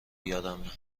یادمه